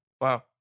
Wow